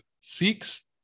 six